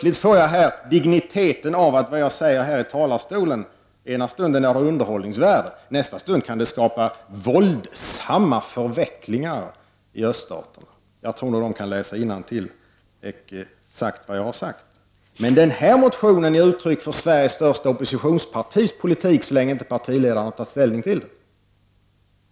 I ena stunden är det jag säger här i talarstolen av underhållningsvärde, i den andra kan det skapa våldsamma förvecklingar i öststaterna. Jag tror att de kan läsa innantill — ecce, jag har sagt vad jag har sagt! Men denna motion är uttryck för Sveriges största oppositionspartis politik så länge inte partiledaren tar ställning till den.